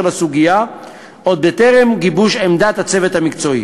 לסוגיה עוד בטרם גיבוש עמדת הצוות המקצועי.